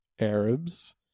Arabs